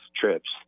trips